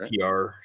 PR